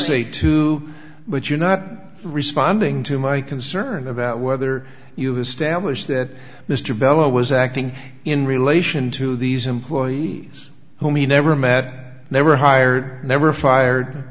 say too but you're not responding to my concern about whether you have stablished that mr bell was acting in relation to these employees whom he never met never hired never fired